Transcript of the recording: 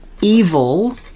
evil